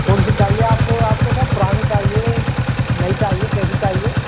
कौनसी चाहिए आपको आपको सर पुरानी चाहिए नई चाहिए कैसी चाहिए